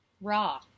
raw